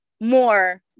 more